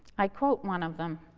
i quote one of them